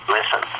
Listen